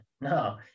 No